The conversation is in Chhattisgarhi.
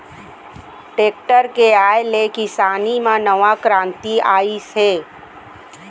टेक्टर के आए ले किसानी म नवा करांति आइस हे